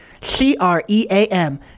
C-R-E-A-M